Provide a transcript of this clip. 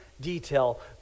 detail